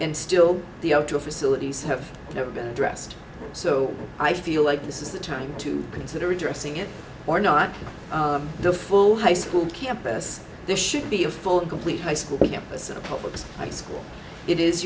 and still the outdoor facilities have never been addressed so i feel like this is the time to consider addressing it or not the full high school campus this should be a full and complete high school campus in the public's eye school it is